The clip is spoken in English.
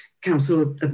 council